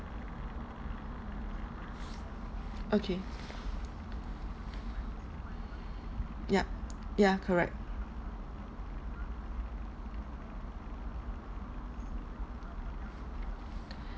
okay yup ya correct